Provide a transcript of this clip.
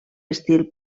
estil